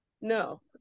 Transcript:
no